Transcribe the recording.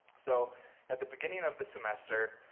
so at the beginning of the semester,